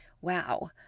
Wow